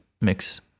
mix